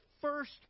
first